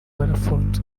barafunze